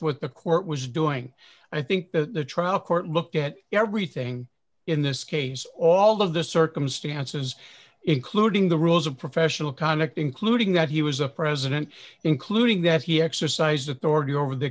what the court was doing i think the trial court looked at everything in this case all of the circumstances including the rules of professional conduct including that he was a president including that he exercised authority over the